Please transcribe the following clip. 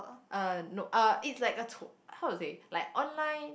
uh nope uh it's like a tour how to say like online